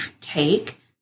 take